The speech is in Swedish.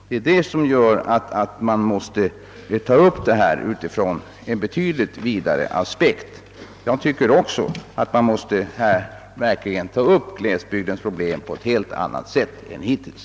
Det är det som gör att man måste ta upp detta i en betydligt vidare aspekt. Jag tycker också att man måste verkligen ta upp glesbygdsproblemen i detta sammanhang på ett helt annat sätt än hittills.